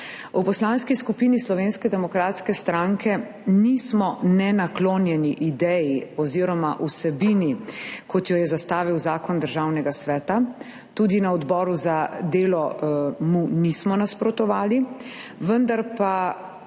V Poslanski skupini Slovenske demokratske stranke nismo nenaklonjeni ideji oziroma vsebini, kot jo je zastavil zakon Državnega sveta, tudi na odboru za delo mu nismo nasprotovali, vendar pa